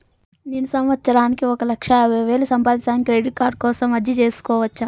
నేను ఒక సంవత్సరానికి ఒక లక్ష యాభై వేలు సంపాదిస్తాను, క్రెడిట్ కార్డు కోసం అర్జీ సేసుకోవచ్చా?